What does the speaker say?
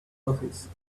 office